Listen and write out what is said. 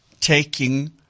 taking